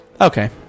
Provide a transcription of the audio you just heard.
Okay